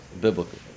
biblically